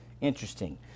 Interesting